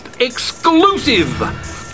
exclusive